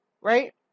right